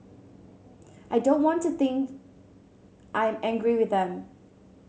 I don't want to think I'm angry with them